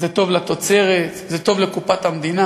זה טוב לתוצרת, זה טוב לקופת המדינה,